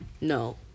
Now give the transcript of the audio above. No